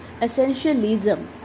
Essentialism